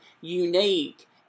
unique